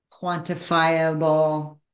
quantifiable